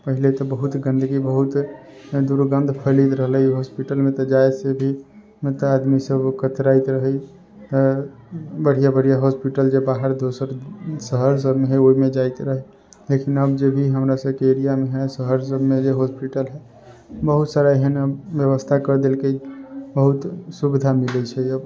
पहिले तऽ बहुत गन्दगी बहुत दुर्गन्ध फैलैत रहलै हॉस्पिटलमे तऽ जाहिसँ भी मतलब आदमी सभ कतराइत रहै बढ़िआँ बढ़िआँ हॉस्पिटल जे बाहर दोसर शहर सभमे हइ ओहिमे जाइत रहै लेकिन अब जेभी हमरा सभके एरियामे हइ शहर सभमे जे हॉस्पिटल हइ बहुत सारा एहन अब व्यवस्था कै देलकै बहुत सुविधा मिलैत छै अब